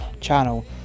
channel